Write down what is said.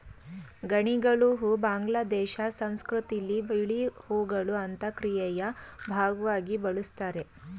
ಗಣಿಗಲು ಹೂ ಬಾಂಗ್ಲಾದೇಶ ಸಂಸ್ಕೃತಿಲಿ ಬಿಳಿ ಹೂಗಳು ಅಂತ್ಯಕ್ರಿಯೆಯ ಭಾಗ್ವಾಗಿ ಬಳುಸ್ತಾರೆ